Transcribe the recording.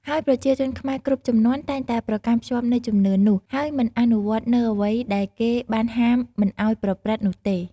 ហើយប្រជាជនខ្មែរគ្រប់ជំនាន់តែងតែប្រកាន់ភ្ជាប់នូវជំនឿនោះ ហើយមិនអនុវត្តនូវអ្វីដែលគេបានហាមមិនអោយប្រព្រឺត្តនោះទេ។